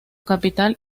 capital